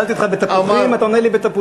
שאלתי אותך בתפוחים, אתה עונה לי בתפוזים.